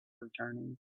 returning